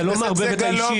אתה לא מערבב את האישי.